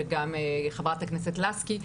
וגם חברת הכנסת לסקי,